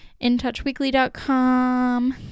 intouchweekly.com